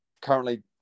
currently